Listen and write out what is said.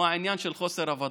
היא העניין של חוסר הוודאות,